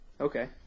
Okay